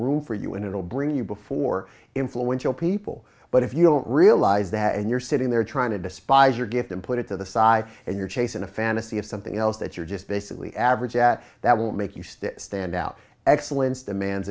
room for you and it will bring you before influential people but if you don't realize that and you're sitting there trying to despise your gift and put it to the side and you're chasing a fantasy of something else that you're just basically average at that will make you still stand out excellence demands